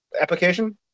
application